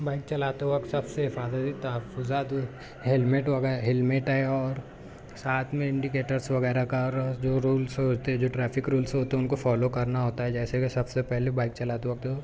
bike چلاتے وقت سب سے حفاظتی تحفظات ہیلمٹ وغیر ہیلمٹ ہے اور ساتھ میں انڈیکیٹرس وغیرہ کا جو رولس ہوتے ہے جو ٹریفک رولس ہوتے ہے ان کو فالو کرنا ہوتا ہے جیسے کہ سب سے پہلے بائیک چلاتے وقت